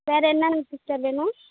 வேறே என்னென்ன சிஸ்டர் வேணும்